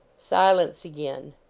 silence again.